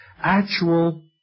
actual